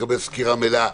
לקבל סקירה מלאה,